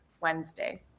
wednesday